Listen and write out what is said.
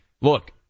look